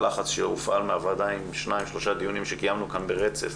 הלחץ שהופעל מהוועדה כולל שניים-שלושה דיונים שקיימנו כאן ברצף